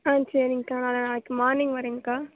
ஆ சரிங்கா நான் நாளைக்கு மார்னிங் வரேங்கா